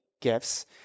gifts